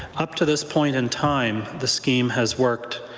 up to this point in time, the scheme has worked